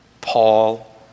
Paul